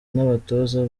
n’abatoza